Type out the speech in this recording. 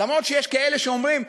למרות שיש כאלה שאומרים,